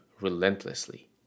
relentlessly